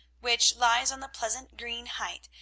which lies on the pleasant green height,